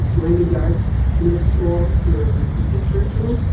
language arts middle school and pe curriculum.